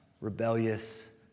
rebellious